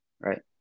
right